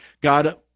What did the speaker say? God